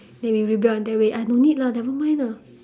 then you rebel in that way ah no need lah never mind ah